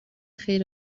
خیر